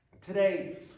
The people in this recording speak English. Today